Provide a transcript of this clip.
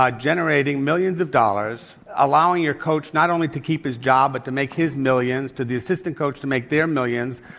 ah generating millions of dollars, keeping allowing your coach not only to keep his job but to make his millions, to the assistant coach to make their millions,